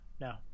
No